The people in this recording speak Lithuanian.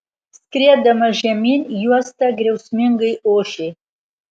skriedama žemyn juosta griausmingai ošė